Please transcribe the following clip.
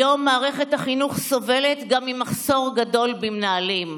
כיום מערכת החינוך סובלת גם ממחסור גדול במנהלים.